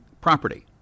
property